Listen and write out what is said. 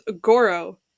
Goro